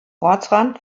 ortsrand